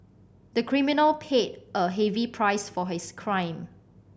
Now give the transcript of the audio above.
the criminal paid a heavy price for his crime